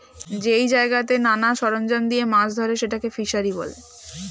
যেই জায়গাতে নানা সরঞ্জাম দিয়ে মাছ ধরে সেটাকে ফিসারী বলে